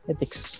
Ethics